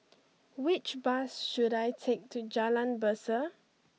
which bus should I take to Jalan Berseh